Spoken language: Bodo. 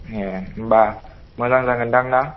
ए होनबा मोजां जागोनदां ना